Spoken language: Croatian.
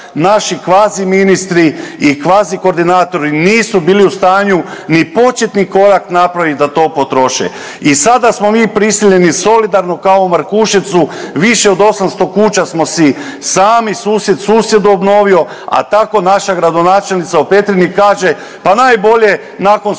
naši kvazi ministri i kvazi koordinatori nisu bili u stanju ni početni korak napravit da to potroše. I sada smo mi prisiljeni solidarno kao u Markuševcu više od 800 kuća smo si sami, susjed susjedu obnovio, a tako naša gradonačelnica u Petrinji kaže pa najbolje nakon svega